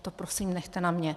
To prosím nechte na mně.